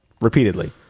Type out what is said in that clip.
repeatedly